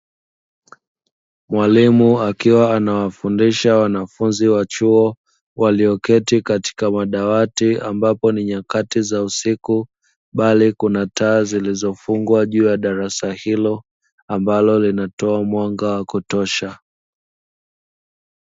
Mwalimu akiwa anawafundisha wanafunzi wa chuo walioketi katika madawati, ambapo ni nyakati za usiku bali kuna taa zilizofungwa juu ya darasa hilo ambalo linatoa mwanga wa kutosha.